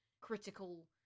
critical